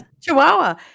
Chihuahua